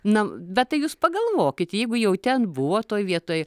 na bet tai jūs pagalvokit jeigu jau ten buvot toj vietoj